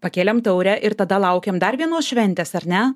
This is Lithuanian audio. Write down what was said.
pakėlėm taurę ir tada laukiam dar vienos šventės ar ne